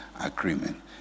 agreement